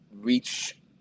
reach